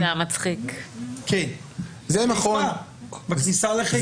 כן, בכניסה לחיפה.